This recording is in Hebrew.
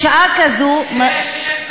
בשעה כזאת, אין שר.